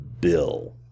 Bill